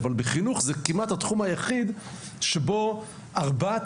אבל חינוך הוא כמעט התחום היחיד שבו ארבעת